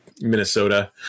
Minnesota